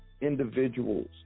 individuals